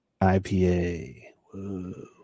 IPA